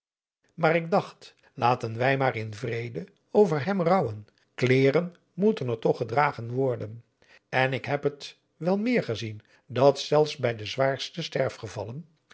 maar ik dacht laten wij maar in vrede over hem rouwen kleêren moeten er toch gedragen worden en ik heb het wel meer gezien dat zelfs bij de zwaarste